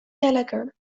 gallagher